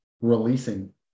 releasing